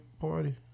party